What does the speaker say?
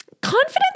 confidence